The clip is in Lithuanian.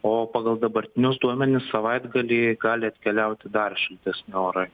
o pagal dabartinius duomenis savaitgalį gali atkeliauti dar šiltesni orai